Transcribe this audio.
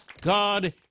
God